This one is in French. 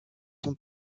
son